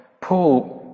Paul